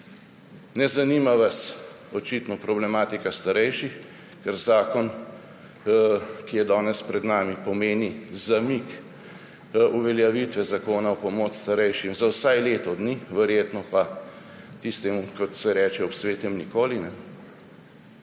ne zanima vas očitno problematika starejših, ker zakon, ki je danes pred nami, pomeni zamik uveljavitve zakona v pomoč starejšim za vsaj leto dni, verjetno pa, kot se reče, ob svetem Nikoli.